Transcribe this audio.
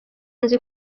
nzu